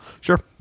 Sure